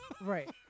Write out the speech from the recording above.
Right